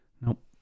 Nope